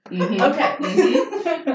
Okay